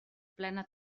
plena